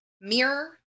mirror